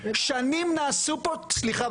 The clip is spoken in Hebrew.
שנים נעשו פה סליחה,